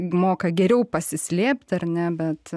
moka geriau pasislėpt ar ne bet